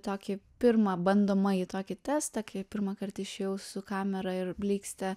tokį pirmą bandomąjį tokį testą kai pirmąkart išėjau su kamera ir blykste